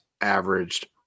averaged